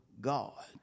God